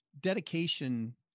dedication